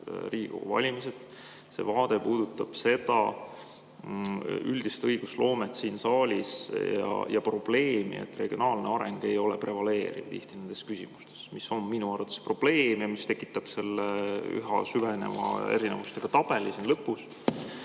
Riigikogu valimised. See vaade puudutab üldist õigusloomet siin saalis ja probleemi, et regionaalne areng ei ole prevaleeriv tihti nendes küsimustes. See mis on minu arvates probleem ja see tekitabki selle üha süvenevate erinevustega tabeli siin lõpus.